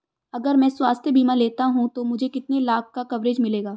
अगर मैं स्वास्थ्य बीमा लेता हूं तो मुझे कितने लाख का कवरेज मिलेगा?